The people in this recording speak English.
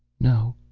no.